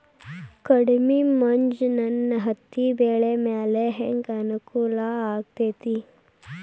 ಕಡಮಿ ಮಂಜ್ ನನ್ ಹತ್ತಿಬೆಳಿ ಮ್ಯಾಲೆ ಹೆಂಗ್ ಅನಾನುಕೂಲ ಆಗ್ತೆತಿ?